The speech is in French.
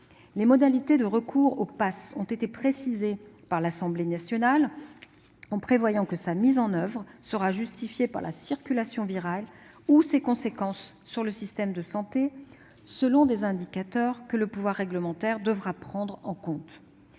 Les modalités de recours au passe sanitaire ont été précisées par l'Assemblée nationale. Sa mise en oeuvre sera justifiée par la circulation virale ou ses conséquences sur le système de santé, selon des indicateurs que le pouvoir exécutif devra prendre en compte,